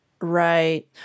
Right